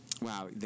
Wow